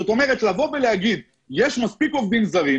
זאת אומרת, לבוא ולהגיד יש עובדים זרים,